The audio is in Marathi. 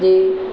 जे